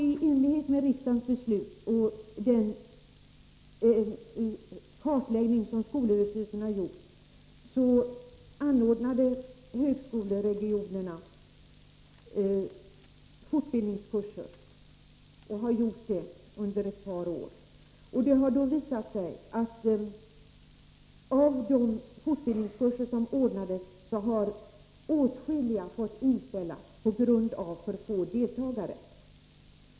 I enlighet med riksdagens beslut och den kartläggning som skolöverstyrelsen har gjort, anordnade högskoleregionerna fortbildningskurser, och de har gjort det under ett par år. Det har då visat sig att av de fortbildningskurser som ordnades har åtskilliga fått inställas på grund av alltför få deltagare.